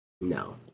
no